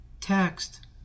text